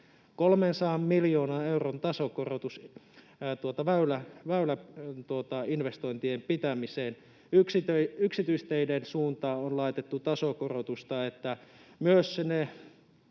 300 miljoonan euron tasokorotus väyläinvestointien pitämiseen. Yksityisteiden suuntaan on laitettu tasokorotusta, että myös